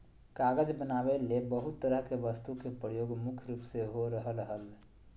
कागज बनावे ले बहुत तरह के वस्तु के प्रयोग मुख्य रूप से हो रहल हल